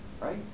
right